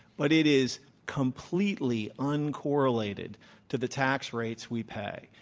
but it is completely uncorrelated to the tax rates we pay.